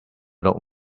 look